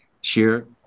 share